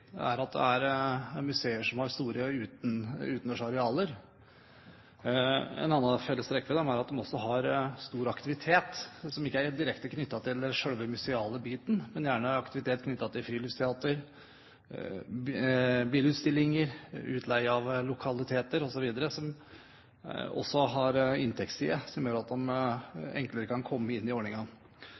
er at det er museer som har store utendørs arealer. Et annet felles trekk ved dem er at de også har stor aktivitet som ikke er direkte knyttet til selve den museale biten, gjerne aktiviteter knyttet til friluftsteater, bilutstillinger, utleie av lokaliteter osv. som også har en inntektsside som gjør at de enklere kan komme inn i